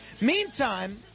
Meantime